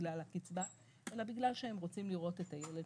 בגלל הקצבה אלא בגלל שהם רוצים לראות את הילד